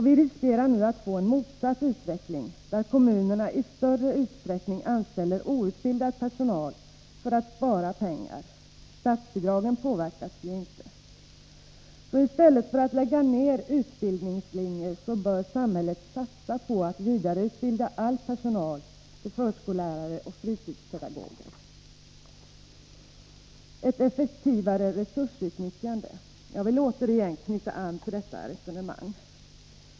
Vi riskerar nu att få en utveckling där kommunerna i större utsträckning anställer outbildad personal för att spara pengar — statsbidragen påverkas ju inte. I stället för att lägga ned utbildningslinjer bör samhället därför satsa på att vidareutbilda all personal till förskolelärare och fritidspedagoger. Utskottet talar om ett effektivare resursutnyttjande, och jag vill återigen knyta an till detta resonemang.